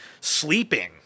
sleeping